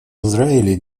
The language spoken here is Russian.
израиле